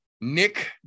Nick